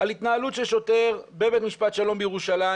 על התנהלות של שוטר בבית משפט שלום בירושלים